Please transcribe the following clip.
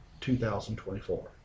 2024